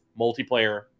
multiplayer